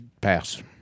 pass